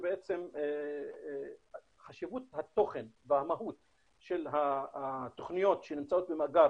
שבעצם חשיבות התוכן והמהות של התוכניות שנמצאות במאגר